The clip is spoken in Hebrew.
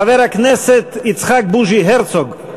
חבר הכנסת יצחק בוז'י הרצוג.